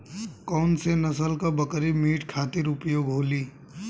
कौन से नसल क बकरी मीट खातिर उपयोग होली?